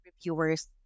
reviewers